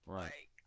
Right